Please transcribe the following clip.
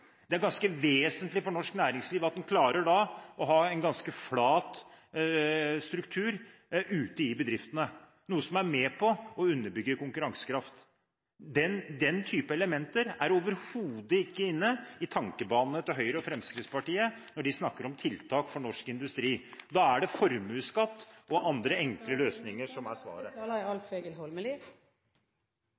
Det er ganske vesentlig for norsk næringsliv at man klarer å ha en ganske flat struktur ute i bedriftene, noe som er med på å underbygge konkurransekraft. Den slags elementer er overhodet ikke inne i tankebanene til Høyre og Fremskrittspartiet, når de snakker om tiltak for norsk industri. Da er det formuesskatt og andre enkle løsninger … Taletiden er